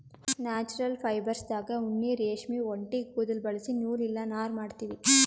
natural ಫೈಬರ್ಸ್ದಾಗ್ ಉಣ್ಣಿ ರೇಷ್ಮಿ ಒಂಟಿ ಕುದುಲ್ ಬಳಸಿ ನೂಲ್ ಇಲ್ಲ ನಾರ್ ಮಾಡ್ತೀವಿ